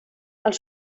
els